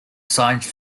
science